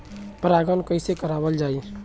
परागण कइसे करावल जाई?